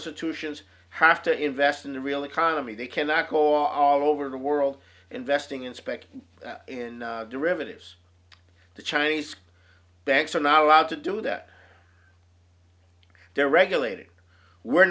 institutions have to invest in the real economy they cannot go on all over the world investing inspect in derivatives the chinese banks are not allowed to do that they're regulated we're